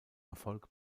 erfolg